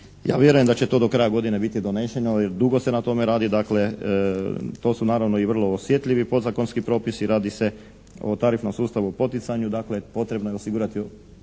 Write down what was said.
Ja vjerujem da će to do kraja godine biti donešeno jer dugo se na tome radi. To su naravno i vrlo osjetljivi podzakonski propisi. Radi se o tarifnom sustavu poticanju, potrebno je osigurati